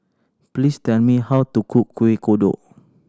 please tell me how to cook Kuih Kodok